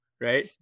right